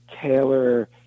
Taylor